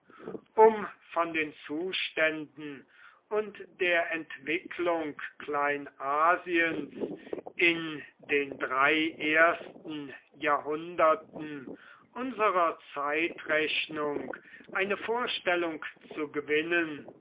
um von den zuständen und der entwicklung kleinasiens in den drei ersten jahrhunderten unserer zeitrechnung eine vorstellung zu gewinnen